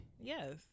Yes